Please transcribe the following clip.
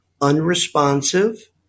unresponsive